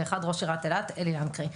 וראש עיריית אילת אלי לנקרי.